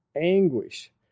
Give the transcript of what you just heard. anguish